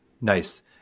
Nice